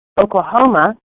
Oklahoma